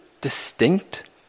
distinct